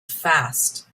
fast